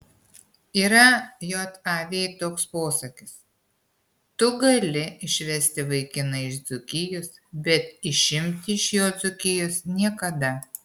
yra jav toks posakis tu gali išvesti vaikiną iš dzūkijos bet išimti iš jo dzūkijos niekada